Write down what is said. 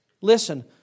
Listen